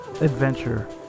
Adventure